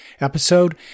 episode